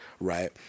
Right